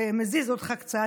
ומזיז אותך קצת,